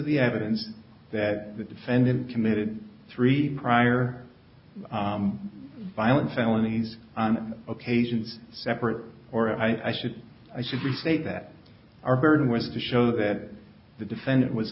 the evidence that the defendant committed three prior violent felonies on occasions separate or i should i should we say that our burden was to show that the defendant was